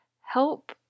help